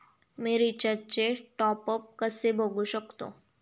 मी रिचार्जचे टॉपअप कसे बघू शकतो?